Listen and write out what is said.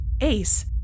Ace